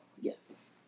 Yes